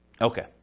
Okay